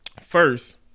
First